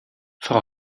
frau